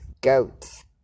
goats